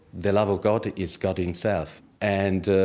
the love of god is god himself and,